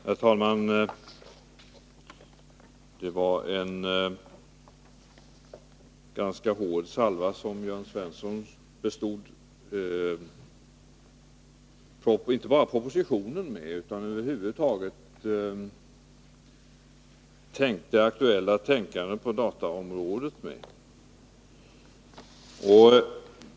Herr talman! Det var en gruvlig salva som Jörn Svensson bestod inte bara propositionen utan över huvud taget det aktuella tänkandet på dataområdet.